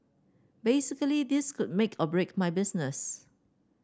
basically this could make or break my business